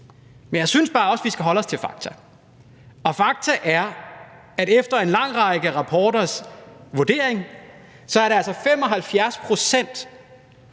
Men jeg synes bare også, at vi skal holde os til fakta, og fakta er, at efter en lang række rapporters vurdering, er 75 pct.